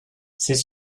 ces